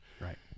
Right